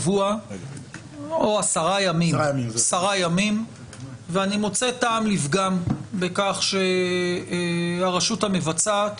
או עשרה ימים ואני מוצא טעם לפגם בכך שהרשות המבצעת